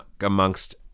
amongst